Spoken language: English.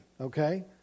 okay